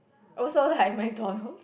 also like MacDonalds